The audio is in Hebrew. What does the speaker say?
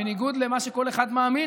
בניגוד למה שכל אחד מאמין,